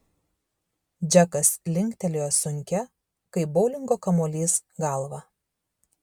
džekas linktelėjo sunkia kaip boulingo kamuolys galva